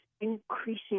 increasing